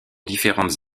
différentes